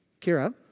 Kira